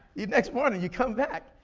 next morning you come back,